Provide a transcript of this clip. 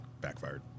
backfired